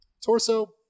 Torso